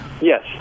Yes